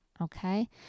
okay